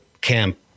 camp